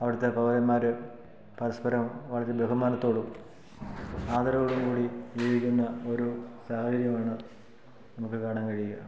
അവിടുത്തെ പൗരന്മാർ പരസ്പരം വളരെ ബഹുമാനത്തോടും ആദരവോടു കൂടി ജീവിക്കുന്ന ഒരു സാഹചര്യമാണ് നമുക്ക് കാണാൻ കഴിയുക